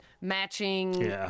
matching